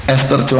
Esther